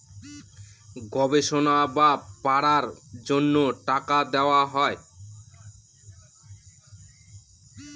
গবেষণা বা পড়ার জন্য টাকা দেওয়া হয়